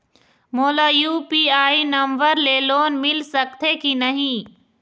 मोला UPI number ले loan मिल सकथे कि नहीं?